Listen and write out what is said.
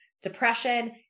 depression